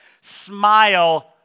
smile